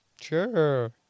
Sure